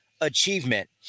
achievement